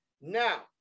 Now